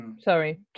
Sorry